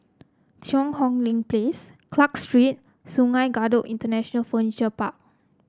Cheang Hong Lim Place Clarke Street Sungei Kadut International Furniture Park